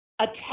attack